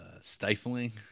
stifling